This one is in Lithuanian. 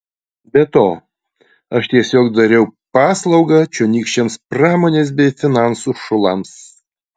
be to aš tiesiog dariau paslaugą čionykščiams pramonės bei finansų šulams